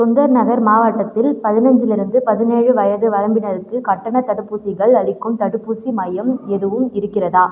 சுந்தர்நகர் மாவட்டத்தில் பதினஞ்சுலிருந்து பதினேழு வயது வரம்பினருக்கு கட்டணத் தடுப்பூசிகள் அளிக்கும் தடுப்பூசி மையம் எதுவும் இருக்கிறதா